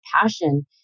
passion